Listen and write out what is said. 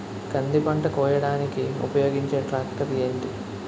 కంది పంట కోయడానికి ఉపయోగించే ట్రాక్టర్ ఏంటి?